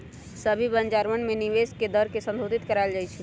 सभी बाजारवन में निवेश के दर के संशोधित करावल जयते हई